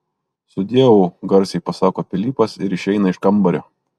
sudieu garsiai pasako pilypas ir išeina iš kambario